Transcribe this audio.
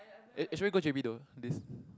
eh should we go j_b though this